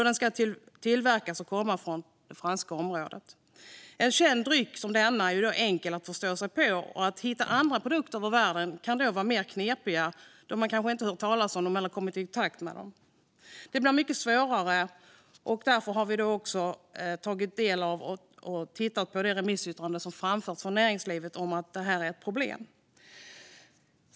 Den ska tillverkas i och komma från det franska området. En känd dryck som denna är enkel att förstå sig på, men att hitta andra produkter över hela världen som inte man hört talas om eller kommit i kontakt med är knepigare. Då är det svårare att göra rätt. Därför har vi tittat på remissyttrandet från näringslivet om att detta är ett problem.